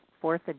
fourth